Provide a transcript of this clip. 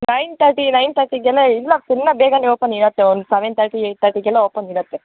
nine thirty nine ತರ್ಟಿಗೆಲ್ಲ ಇನ್ನು ಇನ್ನು ಬೇಗನೆ ಓಪನ್ ಇರುತ್ತೆ ಒಂದು ಸವೆನ್ ತರ್ಟಿ ಏಯ್ಟ್ ತರ್ಟಿಗೆಲ್ಲ ಓಪನ್ ಇರುತ್ತೆ